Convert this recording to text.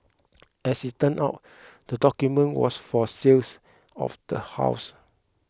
as it turned out the document was for sales of the house